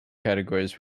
categories